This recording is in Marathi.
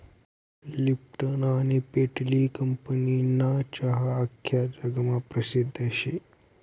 लिप्टन आनी पेटली कंपनीना चहा आख्खा जगमा परसिद्ध शे